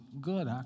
good